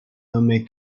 nommé